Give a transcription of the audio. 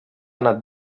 anat